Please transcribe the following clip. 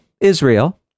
Israel